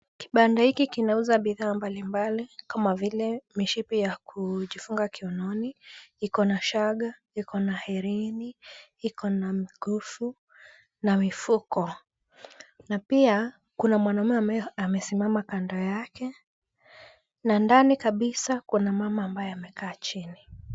Kibanda hiki kinauza bidhaa mbali mbali kama vile: mishipi ya kujifunga kiunoni, iko na shanga, iko na herini, iko na mkufu na mifuko na pia kuna mwanamume amesimama kando yake na ndani kabisa kuna mama ambaye amekaa chini.